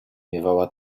miewała